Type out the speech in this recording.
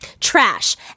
Trash